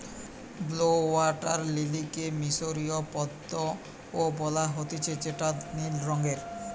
blue water লিলিকে মিশরীয় পদ্ম ও বলা হতিছে যেটা নীল রঙের